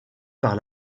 par